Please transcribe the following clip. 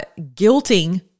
guilting